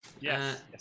Yes